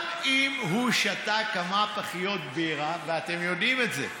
גם אם הוא שתה כמה פחיות בירה, ואתם יודעים את זה,